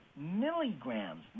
milligrams